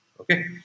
okay